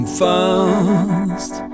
fast